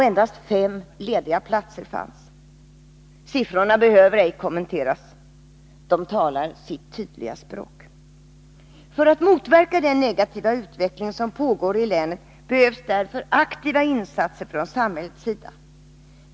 Endast fem lediga platser fanns. Siffrorna behöver ej kommenteras. De talar sitt tydliga språk. För att motverka den negativa utveckling som pågår i länet behövs därför aktiva insatser från samhällets sida.